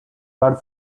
guard